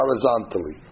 horizontally